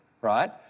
right